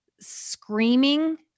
screaming